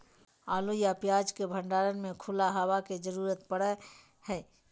आलू या प्याज के भंडारण ले खुला हवा के जरूरत पड़य हय